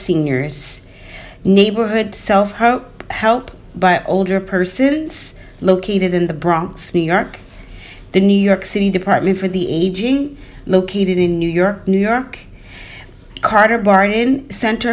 seniors neighborhood self help but older persons located in the bronx new york the new york city department for the aging located in new york new york carter barr in center